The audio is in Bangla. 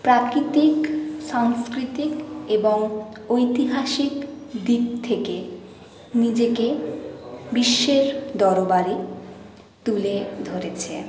প্রাকৃতিক সাংস্কৃতিক এবং ঐতিহাসিক দিক থেকে নিজেকে বিশ্বের দরবারে তুলে ধরেছে